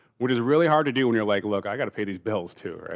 which is really hard to do when you're like look, i got to pay these bills, too.